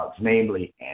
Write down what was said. namely